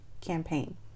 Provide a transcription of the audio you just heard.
campaign